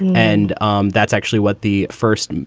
and um that's actually what the first,